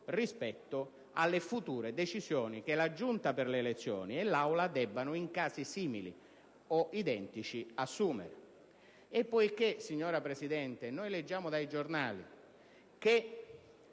rispetto alle future decisioni che la Giunta delle elezioni e l'Aula debbano in casi simili o identici assumere. E poiché, signora Presidente, noi leggiamo dai giornali che